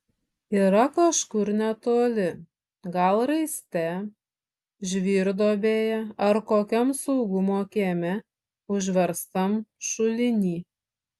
yra kažkur netoli gal raiste žvyrduobėje ar kokiam saugumo kieme užverstam šuliny